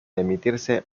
emitirse